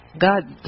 God